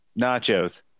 nachos